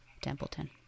Templeton